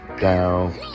down